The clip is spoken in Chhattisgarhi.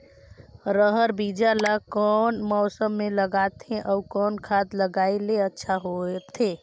रहर बीजा ला कौन मौसम मे लगाथे अउ कौन खाद लगायेले अच्छा होथे?